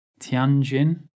Tianjin